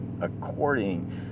according